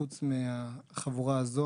חוץ מהחבורה הזו,